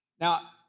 Now